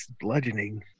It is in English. bludgeoning